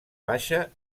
baixa